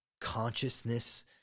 consciousness